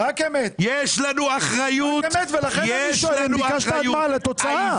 רק אמת ולכן אני שואל אם ביקשת הדמיה לתוצאה.